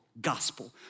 gospel